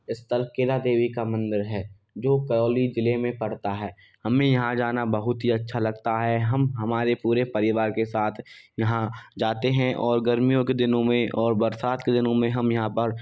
स्थल केला देवी का मंदिर है जो करौली जिले में पड़ता है हमें यहाँ जाना बहुत ही अच्छा लगता है हम हमारे पूरे परिवार के साथ यहाँ जाते हैं और गर्मियों के दिनों में और बरसात के दिनों में हम यहाँ पर